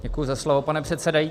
Děkuji za slovo, pane předsedající.